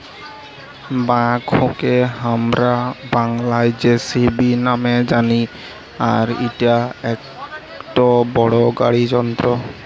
ব্যাকহোকে হামরা বাংলায় যেসিবি নামে জানি আর ইটা একটো বড় গাড়ি যন্ত্র